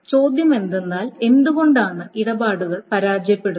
ചോദ്യം എന്തെന്നാൽ എന്തുകൊണ്ടാണ് ഇടപാടുകൾ പരാജയപ്പെടുന്നത്